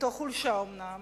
אומנם